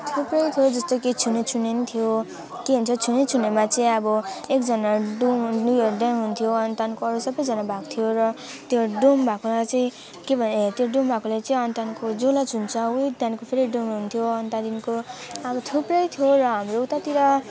थुप्रै थियो जस्तो कि छुने छुने पनि थियो के भन्छ छुने छुनेमा चाहिँ अब एकजना डुङ नि यो ड्याङ हुन्थ्यो अनि त्यहाँको अरू सबजना भाग्थ्यो र त्यो डुम भएकोलाई चाहिँ के भनेर हे त्यो डुम भएकोलाई चाहिँ अनि त्यहाँको जसलाई छुन्छ उही फेरि त्यहाँको डुम हुन्थ्यो अनि त्यहाँदेखिको अब थुप्रै थियो र हाम्रो उतातिर